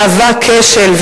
מהווה כשל.